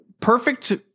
perfect